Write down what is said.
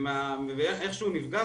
ואיך שהוא נפגש,